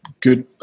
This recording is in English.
good